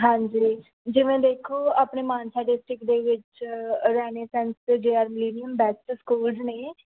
ਹਾਂਜੀ ਜਿਵੇਂ ਦੇਖੋ ਆਪਣੇ ਮਾਨਸਾ ਡਿਸਟਰਿਕ ਦੇ ਵਿੱਚ ਰੇਨੇਸੈਂਸ ਅਤੇ J R Millennium best schools ਨੇ